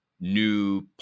new